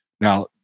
Now